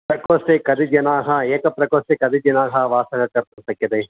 प्रकोष्ठे कति जनाः एकप्रकोष्ठे कति जनाः वासः कर्तुं शक्यते